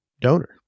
donor